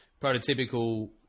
prototypical